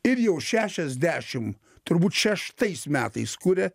ir jau šešiasdešim turbūt šeštais metais kuria